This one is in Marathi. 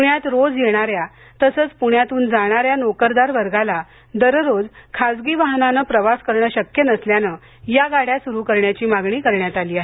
पुण्यात रोज येणाऱ्या तसंच प्ण्यातून जाणाऱ्या नोकरदार वर्गाला दररोज खासगी वाहनानं प्रवास करणं शक्य नसल्यानं या गाड्या सुरू करण्याची मागणी करण्यात आली आहे